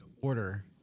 order